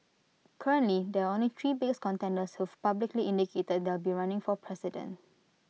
currently there are only three big contenders who've publicly indicated that they'll be running for president